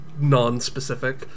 non-specific